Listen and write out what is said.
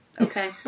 Okay